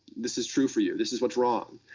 this is true for you. this is what's wrong.